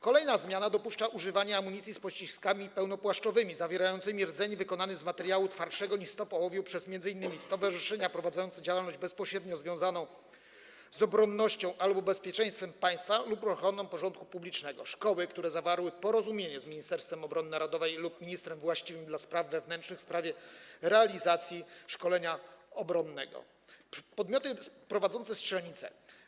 Kolejna zmiana dopuszcza używanie amunicji z pociskami pełnopłaszczowymi zawierającymi rdzeń wykonany z materiału twardszego niż stop ołowiu m.in. przez stowarzyszenia prowadzące działalność bezpośrednio związaną z obronnością albo bezpieczeństwem państwa lub ochroną porządku publicznego, przez szkoły, które zawarły porozumienie z Ministerstwem Obrony Narodowej lub ministrem właściwym do spraw wewnętrznych w sprawie realizacji szkolenia obronnego, a także przez podmioty prowadzące strzelnice.